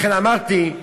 לכן אמרתי,